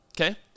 okay